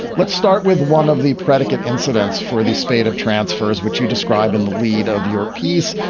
let's start with one of the predicate incidents for the spate of transfers which you describe in the lead of your piece.